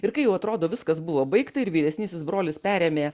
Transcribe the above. ir kai jau atrodo viskas buvo baigta ir vyresnysis brolis perėmė